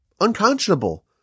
unconscionable